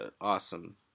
awesome